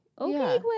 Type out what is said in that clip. Okay